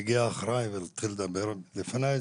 הגיעה אחריי ודיברה לפניי.